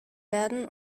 werden